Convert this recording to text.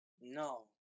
No